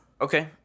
okay